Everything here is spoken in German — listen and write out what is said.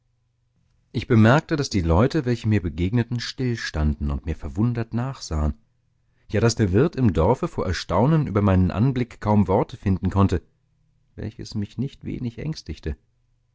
ich bemerkte daß die leute welche mir begegneten stillstanden und mir verwundert nachsahen ja daß der wirt im dorfe vor erstaunen über meinen anblick kaum worte finden konnte welches mich nicht wenig ängstigte